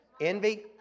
Envy